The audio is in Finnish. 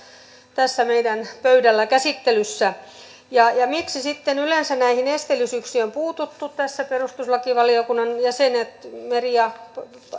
tässä meidän pöydällämme käsittelyssä miksi sitten yleensä näihin esteellisyyksiin on puututtu tässä perustuslakivaliokunnan jäsenet edustajat meri ja